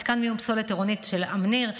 מתקן מיון פסולת עירונית של אמניר,